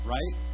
Right